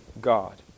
God